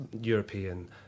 European